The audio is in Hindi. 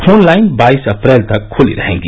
फोन लाइन बाईस अप्रैल तक खुली रहेंगी